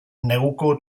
neguko